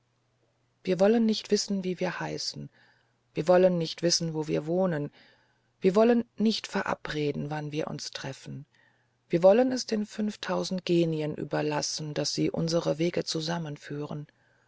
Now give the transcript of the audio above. wir wollen nicht wissen wie wir heißen wir wollen nicht wissen wo wir wohnen wir wollen nicht verabreden wann wir uns treffen wir wollen es den fünftausend genien überlassen daß sie unsere wege zusammenführen